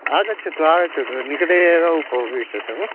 आगच्छतु आगच्छतु निकटे एव उपविशतु